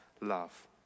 love